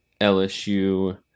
LSU